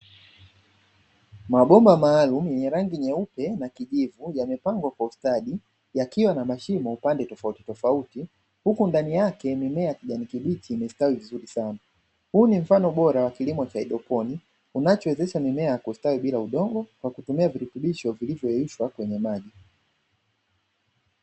Mabomba maalumu yenye rangi nyeupe na kijivu, yamepangwa kwa ustadi yakiwa na mashimo pande tofautitofauti, huku bdani yake mimea ya kijani kibichi imestawi vizuri sana, huu ni mfano bora wa kilimo cha haydroponiki, unacho wezesha mimea kustawi vizuri bila udongo kwa kutumia vilutubisho vilivyoyeyushwa kwenye maji.